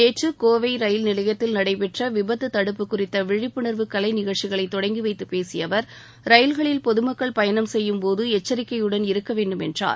நேற்று கோவை ரயில் நிலையத்தில் நடைபெற்ற விபத்து தடுப்பு குறித்த விழிப்புணர்வு கலைநிகழ்ச்சிகளை தொடங்கிவைத்துப் பேசிய அவர் ரயில்களில் பொதுமக்கள் பயணம் செய்யும்போது எச்சரிக்கையுடன் இருக்க வேண்டும் என்றார்